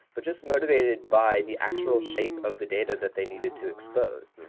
but just motivated by the actual shape of the data that they needed to expose.